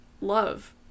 love